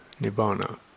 Nibbana